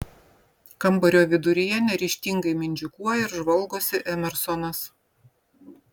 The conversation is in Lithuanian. kambario viduryje neryžtingai mindžikuoja ir žvalgosi emersonas